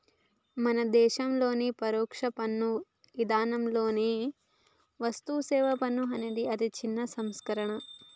మన దేసంలోని పరొక్ష పన్ను ఇధానంతో వస్తుసేవల పన్ను అనేది ఒక అతిపెద్ద సంస్కరణ